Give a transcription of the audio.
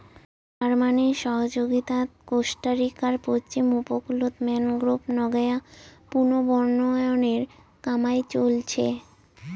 জার্মানির সহযগীতাত কোস্টারিকার পশ্চিম উপকূলত ম্যানগ্রোভ নাগেয়া পুনর্বনায়নের কামাই চইলছে